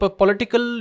political